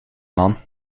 man